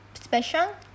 special